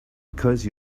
because